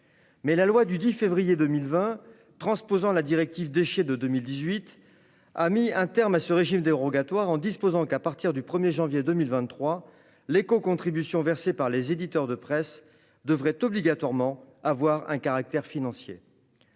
Mais la loi du 10 février 2020, transposant la directive Déchets de 2018, a mis un terme à ce régime dérogatoire en disposant qu'à partir du 1 janvier 2023, l'écocontribution versée par les éditeurs de presse devrait obligatoirement avoir un caractère financier.